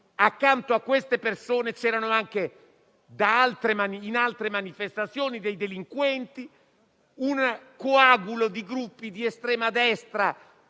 Accanto a quelle persone c'erano anche, in altre manifestazioni, dei delinquenti, un coagulo di gruppi di estrema destra